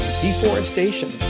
deforestation